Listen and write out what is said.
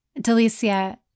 Delicia